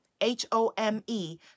H-O-M-E